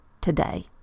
today